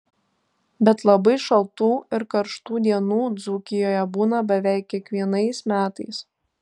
bet labai šaltų ir karštų dienų dzūkijoje būna beveik kiekvienais metais